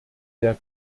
der